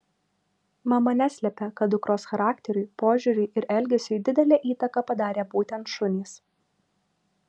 mama neslepia kad dukros charakteriui požiūriui ir elgesiui didelę įtaką padarė būtent šunys